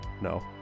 no